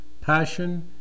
passion